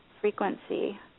frequency